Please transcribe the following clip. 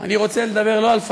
אני רוצה לדבר על נושא יותר חשוב.